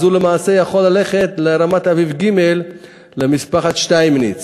אז הוא יכול ללכת לרמת-אביב ג' למשפחת שטייניץ,